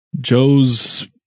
Joe's